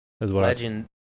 Legend